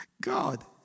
God